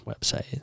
website